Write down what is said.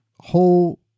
whole